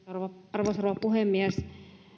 arvoisa rouva puhemies